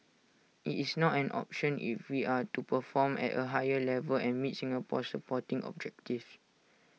IT is not an option if we are to perform at A higher level and meet Singapore's sporting objectives